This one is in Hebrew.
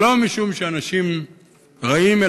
ולא משום שהאנשים רעים,